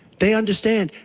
they understand.